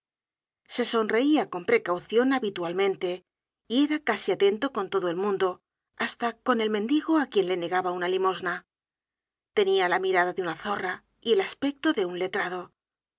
se sonreia con precaucion habitualmente y era casi atento con todo el mundo hasta con el mendigo á quien le negaba una limosna tenia la mirada de una zorra y el aspecto de un letrado